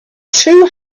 two